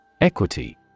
Equity